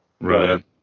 Right